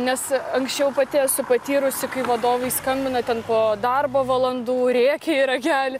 nes anksčiau pati esu patyrusi kai vadovai skambina ten po darbo valandų rėkia į ragelį